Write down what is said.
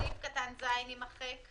סעיף 12 (א) יימחק.